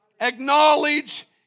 acknowledge